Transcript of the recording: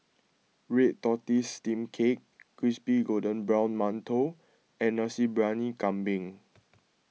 Red Tortoise Steamed Cake Crispy Golden Brown Mantou and Nasi Briyani Kambing